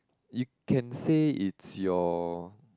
you can say it's your